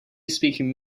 speaking